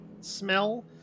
smell